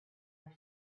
are